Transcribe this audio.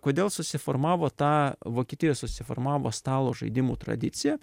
kodėl susiformavo ta vokietijoj susiformavo stalo žaidimų tradicija